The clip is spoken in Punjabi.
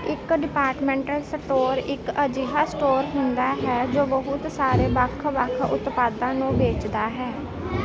ਇੱਕ ਡਿਪਾਰਟਮੈਂਟਲ ਸਟੋਰ ਇੱਕ ਅਜਿਹਾ ਸਟੋਰ ਹੁੰਦਾ ਹੈ ਜੋ ਬਹੁਤ ਸਾਰੇ ਵੱਖ ਵੱਖ ਉਤਪਾਦਾਂ ਨੂੰ ਵੇਚਦਾ ਹੈ